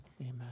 Amen